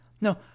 no